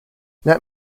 let